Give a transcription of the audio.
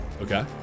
Okay